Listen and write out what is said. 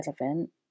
relevant